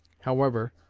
however,